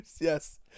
Yes